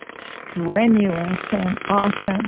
strenuous and often